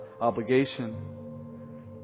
obligation